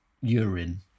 urine